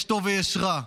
יש טוב ויש רע.